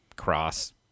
Cross